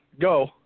Go